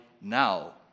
now